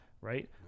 right